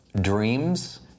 dreams